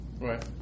Right